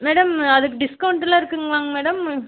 madam அதுக்கு டிஸ்கவுண்ட்டெலாம் இருக்குங்களாங்க மேடம்